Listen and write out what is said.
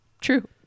true